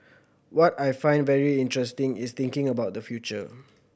what I find very interesting is thinking about the future